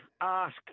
ask